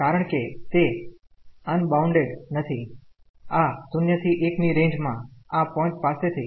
કારણ કે તે અનબાઉન્ડેડ નથી આ 0 થી 1 ની રેન્જ મા આ પોઈન્ટ પાસેથી